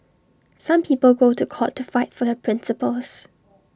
some people go to court to fight for their principles